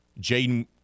Jaden